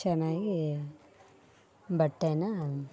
ಚೆನ್ನಾಗಿ ಬಟ್ಟೆನ್ನ